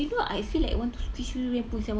I I know right but I tend